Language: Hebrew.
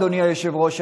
אדוני היושב-ראש,